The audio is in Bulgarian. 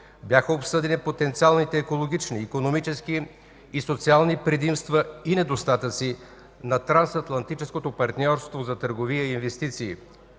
бяха обсъдени потенциалните екологични, икономически и социални предимства и недостатъци от Трансатлантическото партньорство за търговия и инвестиции.